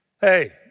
Hey